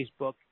Facebook